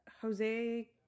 Jose